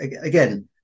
Again